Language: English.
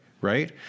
right